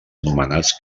anomenats